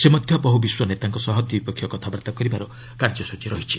ସେ ମଧ୍ୟ ବହୁ ବିଶ୍ୱ ନେତାଙ୍କ ସହ ଦ୍ୱିପକ୍ଷ କଥାବାର୍ତ୍ତା କରିବାର କାର୍ଯ୍ୟସ୍ଚୀ ରହିଛି